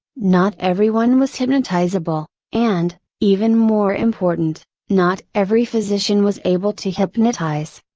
not everyone was hypnotizable, and, even more important, not every physician was able to hypnotize.